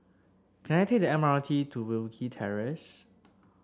can I take the M R T to Wilkie Terrace